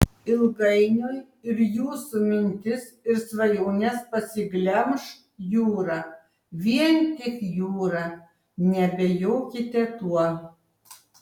ilgainiui ir jūsų mintis ir svajones pasiglemš jūra vien tik jūra neabejokite tuo